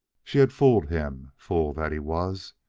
she had fooled him, fool that he was.